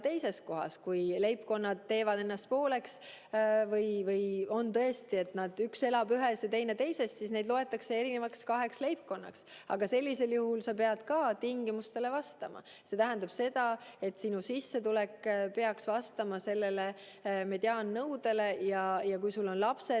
teises kohas. Kui leibkonnad teevad ennast pooleks või on tõesti nii, et üks elab ühes ja teine teises, siis neid loetakse kaheks eri leibkonnaks. Aga sellisel juhul nad peavad ka tingimustele vastama. See tähendab seda, et su sissetulek peaks vastama sellele mediaannõudele, ja kui sul on lapsed,